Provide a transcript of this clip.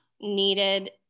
needed